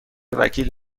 وکیل